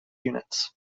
units